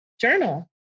journal